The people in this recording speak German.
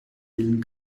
willen